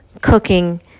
cooking